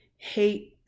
hate